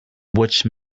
which